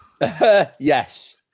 Yes